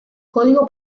código